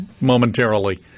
momentarily